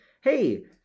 hey